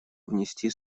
внести